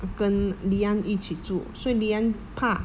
跟 leanne 一起住所以 leanne 怕